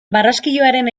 barraskiloaren